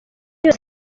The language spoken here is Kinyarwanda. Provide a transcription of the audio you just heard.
yose